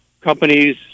companies